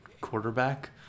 quarterback